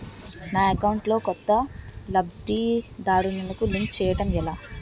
నా అకౌంట్ లో కొత్త లబ్ధిదారులను లింక్ చేయటం ఎలా?